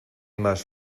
más